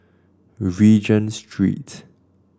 Regent Street